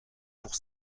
pour